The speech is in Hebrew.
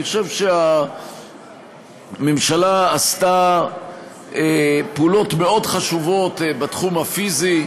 אני חושב שהממשלה עשתה פעולות מאוד חשובות בתחום הפיזי,